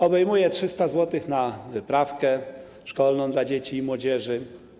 Obejmuje 300 zł na wyprawkę szkolną dla dzieci i młodzieży.